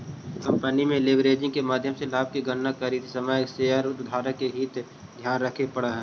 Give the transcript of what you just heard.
company के leveraging के माध्यम से लाभ के गणना करित समय शेयरधारक के हित के ध्यान रखे पड़ऽ हई